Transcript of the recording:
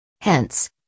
Hence